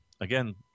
again